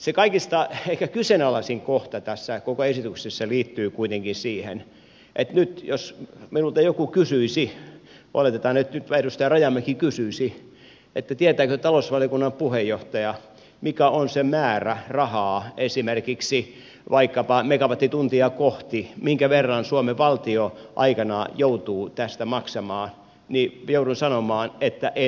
se kaikista ehkä kyseenalaisin kohta tässä koko esityksessä liittyy kuitenkin siihen että nyt jos minulta joku kysyisi oletetaan nyt että edustaja rajamäki kysyisi tietääkö talousvaliokunnan puheenjohtaja mikä on se määrä rahaa esimerkiksi vaikkapa megawattituntia kohti minkä verran suomen valtio aikanaan joutuu tästä maksamaan niin joutuisin sanomaan että en tiedä